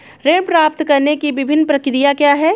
ऋण प्राप्त करने की विभिन्न प्रक्रिया क्या हैं?